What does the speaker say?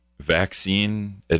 vaccine